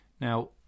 Now